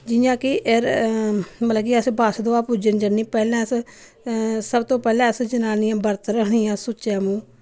जि'यां कि मतलब कि अस बच्छ दुआ पुज्जन जन्ने पैह्लें अस सबतों पैह्लें अस जनानियां बर्त रक्खनियां सुच्चे मुंह